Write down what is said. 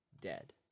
dead